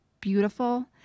beautiful